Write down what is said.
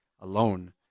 alone